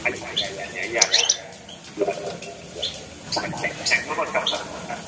हां या या या या या या या सर या नमस्कार सर नमस्कार